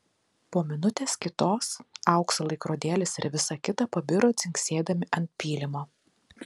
po minutės kitos aukso laikrodėlis ir visa kita pabiro dzingsėdami ant pylimo